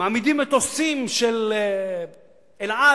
מעמידים מטוסים של "אל על",